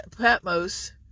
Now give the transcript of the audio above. Patmos